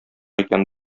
икән